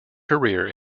career